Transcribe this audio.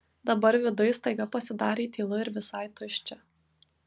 dabar viduj staiga pasidarė tylu ir visai tuščia